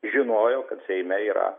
žinojo kad seime yra